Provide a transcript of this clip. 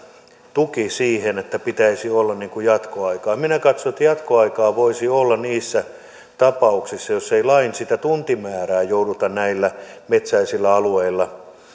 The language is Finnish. tuki että pitäisi olla jatkoaikaa minä katson että jatkoaikaa voisi olla niissä tapauksissa joissa ei sitä lain tuntimäärää jouduta näillä metsäisillä alueilla